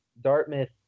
Dartmouth